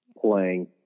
playing